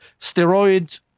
steroid